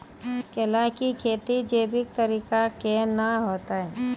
केला की खेती जैविक तरीका के ना होते?